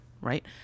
Right